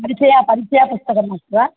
दद्विषय सङ्ख्या पुस्तकमस्ति वा